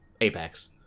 Apex